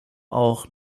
auch